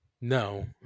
No